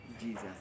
Jesus